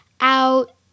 out